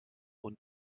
und